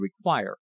require